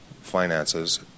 finances